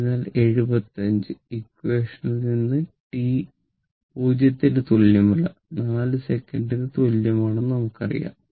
അതിനാൽ 75 ഇക്വേഷൻ ഇൽ നിന്ന് ടി 0 ന് തുല്യമല്ല 4 സെക്കന്റിന് തുല്യമാണെന്ന് നമുക്കറിയാം